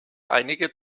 einige